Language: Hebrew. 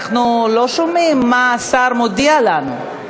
אנחנו לא שומעים מה השר מודיע לנו.